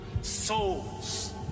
souls